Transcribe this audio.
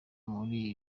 muri